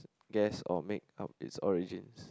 guess or make up its origins